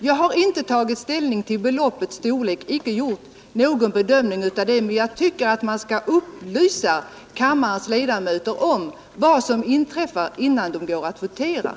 Jag har inte tagit ställning till beloppens storlek eller gjort någon bedömning av dem, men jag tycker att kammarens ledamöter skall känna till de olika förslagens följder innan de går till votering.